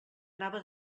anava